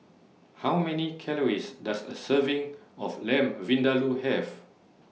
How Many Calories Does A Serving of Lamb Vindaloo Have